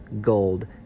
gold